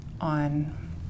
on